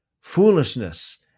Foolishness